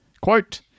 Quote